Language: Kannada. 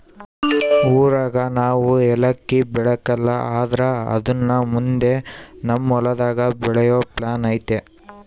ಊರಾಗ ನಾವು ಯಾಲಕ್ಕಿ ಬೆಳೆಕಲ್ಲ ಆದ್ರ ಅದುನ್ನ ಮುಂದೆ ನಮ್ ಹೊಲದಾಗ ಬೆಳೆಯೋ ಪ್ಲಾನ್ ಐತೆ